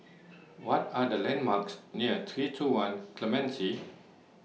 What Are The landmarks near three two one Clementi